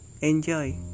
enjoy